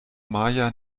maja